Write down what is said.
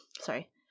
sorry